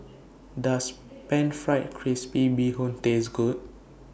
Does Pan Fried Crispy Bee Hoon Taste Good